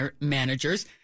managers